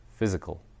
Physical